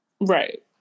Right